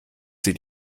sie